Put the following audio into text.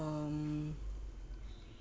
um